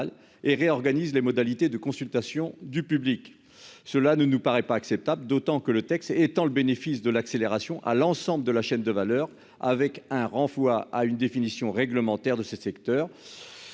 et réorganise les modalités de consultation du public, cela ne nous paraît pas acceptable d'autant que le texte étend le bénéfice de l'accélération à l'ensemble de la chaîne de valeur, avec un renvoie à une définition réglementaire de ce secteur.